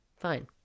Fine